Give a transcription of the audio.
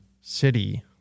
city